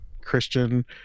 christian